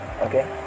Okay